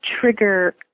trigger